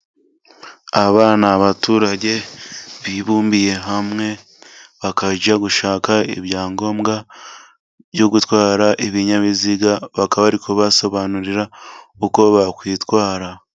Aba ni abaturage bibumbiye hamwe， bakajya gushaka ibyangombwa byo gutwara ibinyabiziga， bakaba bari kubasobanurira uko bakwitwara.